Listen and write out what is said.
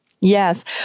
Yes